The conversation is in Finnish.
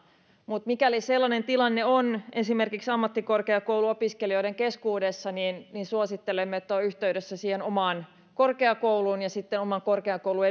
mutta mikäli sellainen tilanne on esimerkiksi ammattikorkeakouluopiskelijoiden keskuudessa niin niin suosittelemme että ovat yhteydessä siihen omaan korkeakoulun ja oman korkeakoulun